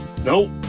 Nope